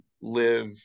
live